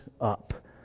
up